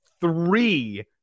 three